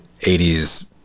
80s